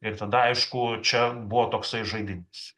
ir tada aišku čia buvo toksai žaidimas